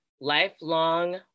lifelong